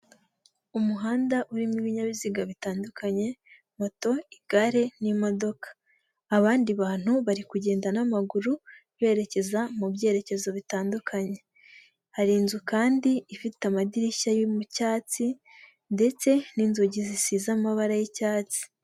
Umuhanda urimo ibinyabiziga bitandukanye; moto, igare, n'imodoka. Abandi bantu bari kugenda n'amaguru, berekeza mu byerekezo bitandukanye. Hari inzu kandi ifite amadirishya y'icyatsi, ndetse n'inzugi zisize amabara y'icyatsi.